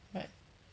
what